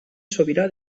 sobirà